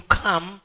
come